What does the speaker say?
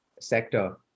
sector